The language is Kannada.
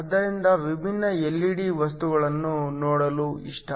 ಆದ್ದರಿಂದ ವಿಭಿನ್ನ ಎಲ್ಇಡಿ ವಸ್ತುಗಳನ್ನು ನೋಡಲು ಇಷ್ಟ